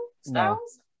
Styles